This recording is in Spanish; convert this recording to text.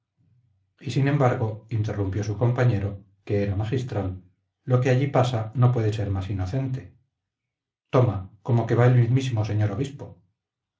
y sin embargo interrumpió su compañero que era magistral lo que allí pasa no puede ser más inocente toma como que va el mismísimo obispo